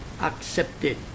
accepted